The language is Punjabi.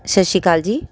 ਸਤਿ ਸ਼੍ਰੀ ਅਕਾਲ ਜੀ